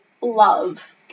love